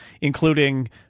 including